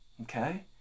Okay